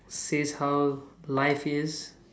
says how life is